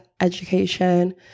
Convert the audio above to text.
education